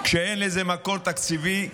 כשאין לזה מקור תקציבי,